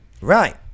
right